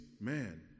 man